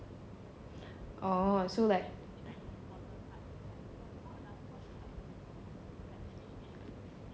oh so like